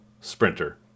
Sprinter